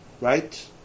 Right